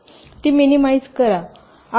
ती मिनिमाइझ करा